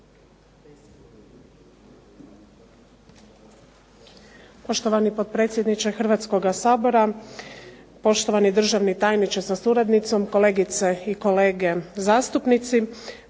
gospodine potpredsjedniče Hrvatskog sabora, gospodine državni tajniče sa suradnicom, kolegice i kolege. Klub